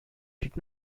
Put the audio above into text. did